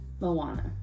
Moana